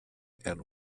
and